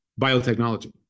biotechnology